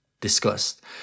discussed